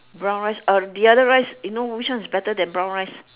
brown rice uh the other rice you know which one is better than brown rice